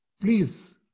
please